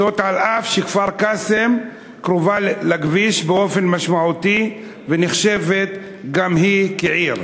וזאת אף שכפר-קאסם קרובה לכביש באופן משמעותי ונחשבת גם היא לעיר.